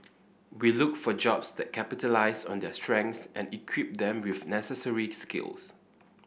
we look for jobs that capitalise on their strengths and equip them with necessary skills